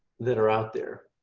that are out there.